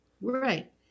Right